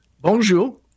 Bonjour